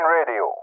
Radio